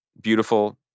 beautiful